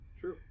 True